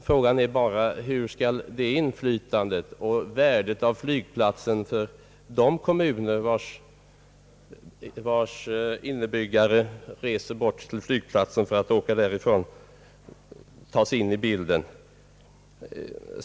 Frågan är bara, hur skall det inflytandet och värdet av flygplatsen för de kommuner vilkas innebyggare använder flygplatsen tas in i bilden?